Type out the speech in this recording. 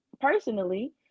personally